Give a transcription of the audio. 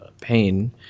pain